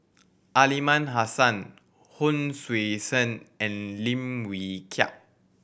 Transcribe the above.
Aliman Hassan Hon Sui Sen and Lim Wee Kiak